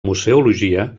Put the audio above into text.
museologia